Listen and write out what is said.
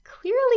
clearly